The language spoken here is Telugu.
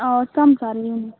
వస్తాం సర్ ఈవెనింగ్